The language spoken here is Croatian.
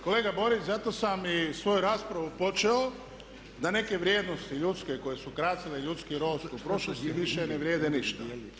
Kolega Borić, zato sam i svoju raspravu počeo da neke vrijednosti ljudske koje su krasile ljudski rod u prošlosti više ne vrijede ništa.